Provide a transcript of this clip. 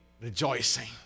rejoicing